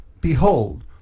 Behold